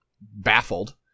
baffled